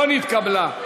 לא נתקבלה.